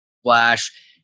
splash